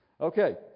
Okay